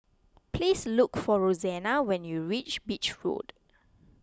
please look for Rosanna when you reach Beach Road